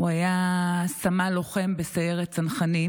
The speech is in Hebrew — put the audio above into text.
היה סמל לוחם בסיירת צנחנים.